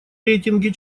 рейтинге